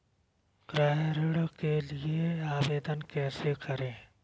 गृह ऋण के लिए आवेदन कैसे करें?